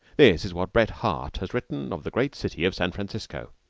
this is what bret harte has written of the great city of san francisco,